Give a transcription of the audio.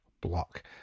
block